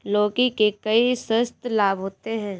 लौकी के कई स्वास्थ्य लाभ होते हैं